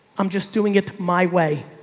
i'm just doing it my way